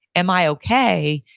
am i okay,